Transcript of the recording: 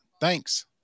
thanks